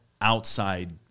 outside